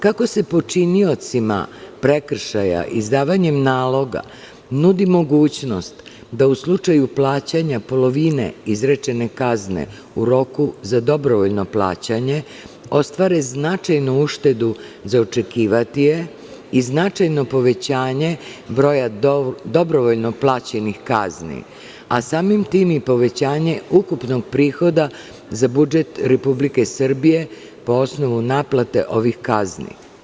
Kako se počiniocima prekršaja izdavanjem naloga nudi mogućnost da u slučaju plaćanja polovine izrečene kazne u roku za dobrovoljno plaćanje ostvare značajnu uštedu za očekivati je i značajno povećanje broja dobrovoljno plaćenih kazni, a samim tim i povećanje ukupnog prihoda za budžet Republike Srbije po osnovu naplate ovih kazni.